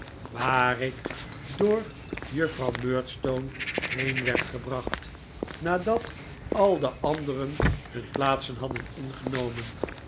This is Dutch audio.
waar ik door juffrouw murdstone heen werd gebracht nadat al de anderen hun plaatsen hadden ingenomen